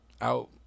out